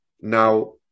Now